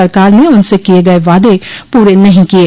सरकार ने उनसे किये गये वादे पूरे नहीं किये